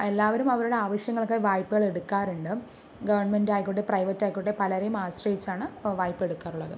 എല്ലാവരും അവരുടെ ആവശ്യങ്ങൾക്കായി വായ്പകൾ എടുക്കാറുണ്ട് ഗവൺമെൻറ് ആയിക്കോട്ടെ പ്രൈവറ്റ് ആയിക്കോട്ടെ പലരേയും ആശ്രയിച്ചാണ് വായ്പ എടുക്കാറുള്ളത്